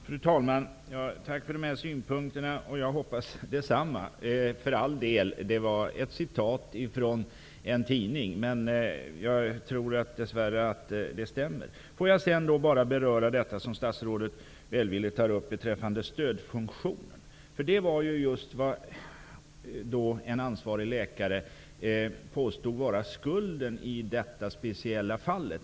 Fru talman! Tack för de synpunkterna. Jag hoppas detsamma. Det gällde för all del ett citat från en tidning. Dess värre tror jag att det stämmer. Statsrådet tar välvilligt upp detta med stödfunktionen. Det är dock just den funktionen som en ansvarig läkare påstått vara skulden i detta speciella fall.